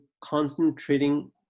concentrating